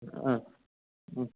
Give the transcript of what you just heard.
ஆ ம்